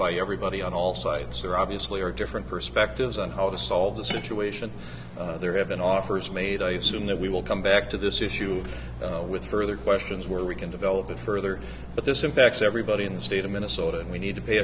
by everybody on all sides or obviously or different perspectives on how to solve the situation there have been offers made i assume that we will come back to this issue with further questions where we can develop it further but this impacts everybody in the state of minnesota and we need to pay